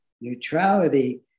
Neutrality